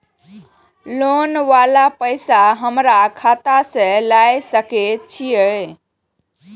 Loan वाला पैसा हमरा खाता से लाय सके छीये?